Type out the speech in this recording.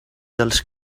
dels